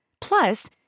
Plus